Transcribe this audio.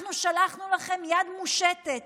אנחנו שלחנו לכם יד מושטת.